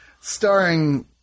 starring